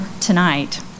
tonight